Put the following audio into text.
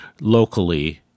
locally